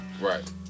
Right